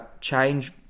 change